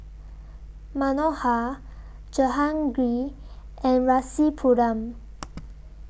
Manohar Jehangirr and Rasipuram